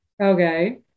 Okay